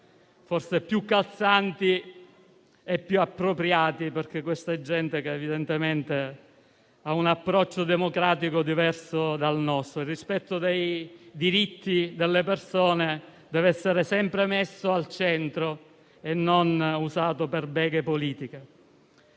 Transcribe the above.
più calzanti e forse più appropriati); questa gente evidentemente ha un approccio democratico diverso dal nostro. Il rispetto dei diritti delle persone deve essere sempre messo al centro e non usato per beghe politiche.